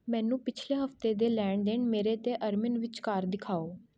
ਮੈਨੂੰ ਪਿੱਛਲੇ ਹਫ਼ਤੇ ਦੇ ਲੈਣ ਦੇਣ ਮੇਰੇ ਅਤੇ ਅਰਮਿਨ ਵਿਚਕਾਰ ਦਿਖਾਓ